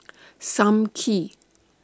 SAM Kee